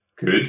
good